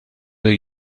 the